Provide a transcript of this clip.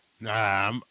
Nah